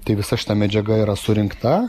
tai visa šita medžiaga yra surinkta